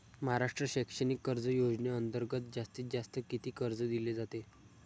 महाराष्ट्र शैक्षणिक कर्ज योजनेअंतर्गत जास्तीत जास्त किती कर्ज दिले जाते?